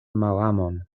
malamon